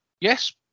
Yes